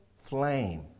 flame